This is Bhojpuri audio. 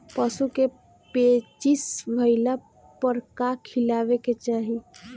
पशु क पेचिश भईला पर का खियावे के चाहीं?